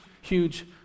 huge